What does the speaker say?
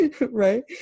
right